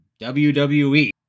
WWE